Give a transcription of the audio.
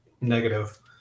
negative